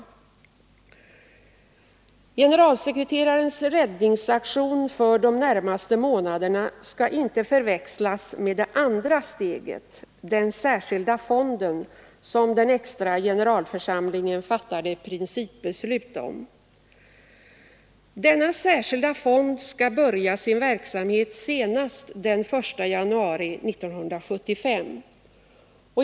Generalsekreterarens ”räddningsaktion” för de närmaste månaderna skall inte förväxlas med det andra steget, den särskilda fonden, som den extra generalförsamlingen fattade principbeslut om. Denna särskilda fond skall börja sin verksamhet senast den 1 januari 1975.